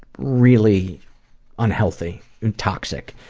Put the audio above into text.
really unhealthy and toxic